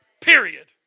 Period